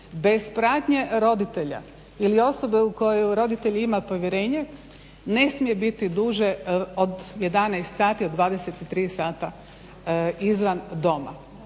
bez pratnje roditelja ili osobe u koju roditelj ima povjerenje ne smije biti duže od 11 sati, od 23 sata iza doma.